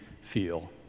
feel